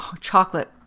chocolate